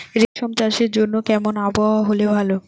রেশম চাষের জন্য কেমন আবহাওয়া হাওয়া হলে ভালো?